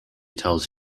tells